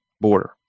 border